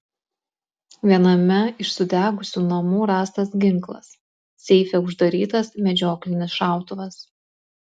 viename iš sudegusių namų rastas ginklas seife uždarytas medžioklinis šautuvas